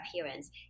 appearance